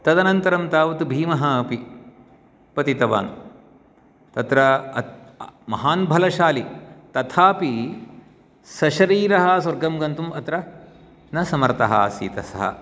तदनन्तरं तावत् भीमः अपि पतितवान् तत्र महान् भलशालि तथापि सशरीरं स्वर्गं गन्तुम् अत्र न समर्थः आसीत् सः